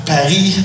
Paris